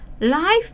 Life